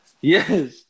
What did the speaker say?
Yes